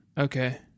Okay